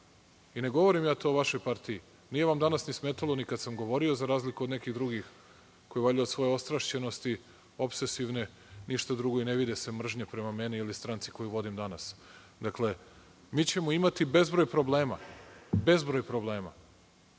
I ne govorim ja to o vašoj partiji. Nije vam danas smetalo ni kada sam govorio, za razliku od nekih drugih, koji valjda od svoje ostrašćenosti opsesivne ništa drugo ne vide sem mržnje prema meni, ili stranci koju vodim danas. Dakle, mi ćemo imati bezbroj problema, bezbroj problema.